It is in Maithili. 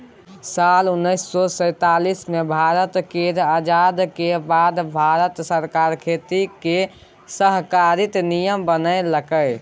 साल उन्नैस सय सैतालीस मे भारत केर आजादी केर बाद भारत सरकार खेती केर सहकारिता नियम बनेलकै